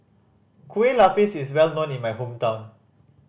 Kueh Lupis is well known in my hometown